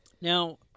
Now